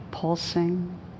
pulsing